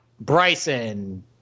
Bryson